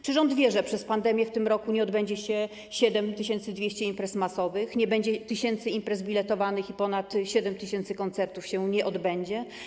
Czy rząd wie, że przez pandemię w tym roku nie odbędzie się 7200 imprez masowych, nie będzie tysięcy imprez biletowanych i ponad 7 tys. koncertów się nie odbędzie?